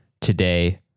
today